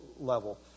level